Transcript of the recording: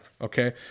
okay